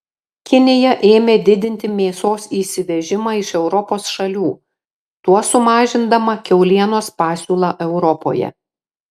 kinija ėmė didinti mėsos įsivežimą iš europos šalių tuo sumažindama kiaulienos pasiūlą europoje